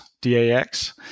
D-A-X